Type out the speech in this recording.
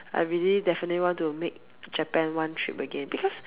I really definitely want to make Japan one trip again because